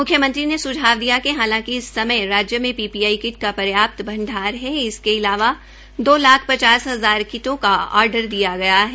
मुख्यमंत्री ने सुझाव दिया कि हालांकि इस समय राज्य में पीपीआई किट का पर्याप्त भंडार है और इसके अलावा दो लाख पचास हजार किट का आर्डर दिया गया है